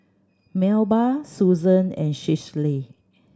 Melba Susan and Schley